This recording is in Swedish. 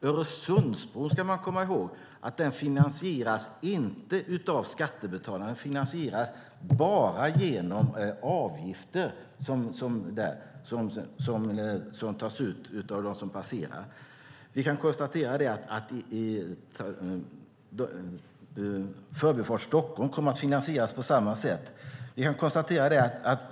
Öresundsbron finansieras inte av skattebetalarna utan genom avgifter för dem som passerar. Förbifart Stockholm kommer att finansieras på samma sätt.